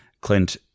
clint